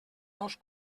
dos